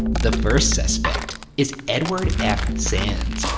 the first suspect is edward f. sands,